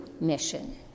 Mission